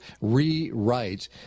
rewrite